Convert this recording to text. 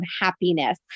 happiness